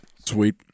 Sweet